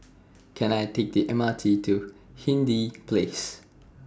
Can I Take The M R T to Hindhede Place